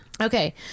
Okay